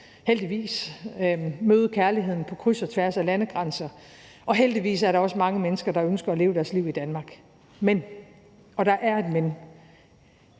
heldigvis, og møde kærligheden på kryds og tværs af landegrænser, og heldigvis er der også mange mennesker, der ønsker at leve deres liv i Danmark. Men – og der er et men